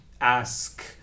ask